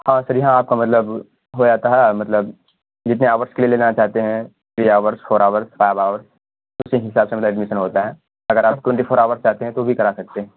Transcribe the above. ہاں سر آپ کا مطلب ہو جاتا ہے اور مطلب جتنے آؤرس کے لیے لینا چاہتے ہیں three hours four hours five hours اسی حساب سے مطلب ایڈمیشن ہوتا ہے اگر آپ ٹوئنٹی فور آورس چاہتے ہیں تو وہ بھی کرا سکتے ہیں